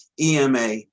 EMA